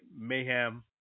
mayhem